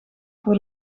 voor